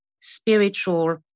spiritual